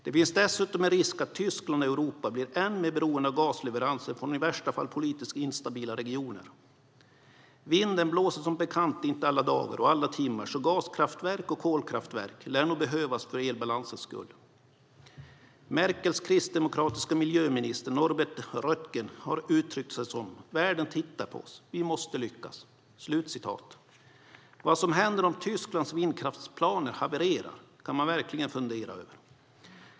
Det finns dessutom en risk att Tyskland och Europa blir än mer beroende av gasleveranser från i värsta fall politiskt instabila regioner. Vinden blåser som bekant inte alla dagar och alla timmar, så gaskraftverk och kolkraftverk lär nog behövas för elbalansens skull. Merkels kristdemokratiska miljöminister Norbert Röttgen har uttryckt sig så här: Världen tittar på oss. Vi måste lyckas. Vad som händer om Tysklands vindkraftsplaner havererar kan man verkligen fundera över.